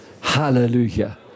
hallelujah